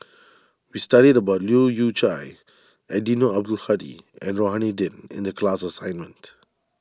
we studied about Leu Yew Chye Eddino Abdul Hadi and Rohani Din in the class assignment